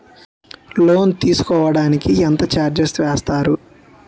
Loan తీసుకోడానికి ఎంత charges వేస్తారు?